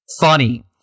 funny